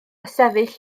sefyll